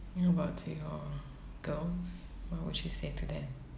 how about to your girls what would you say to them